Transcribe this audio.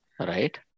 Right